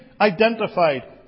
identified